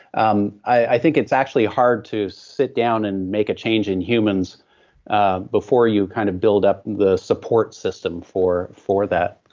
um i think it's actually hard to sit down and make a change in humans ah before you kind of build up the support system for for that.